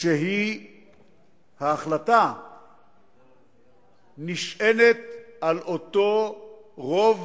כשההחלטה נשענת על אותו רוב